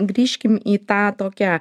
grįžkim į tą tokią